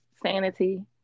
sanity